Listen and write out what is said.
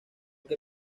que